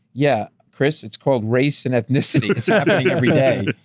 yeah, chris, it's called race and ethnicity. it's happening every day.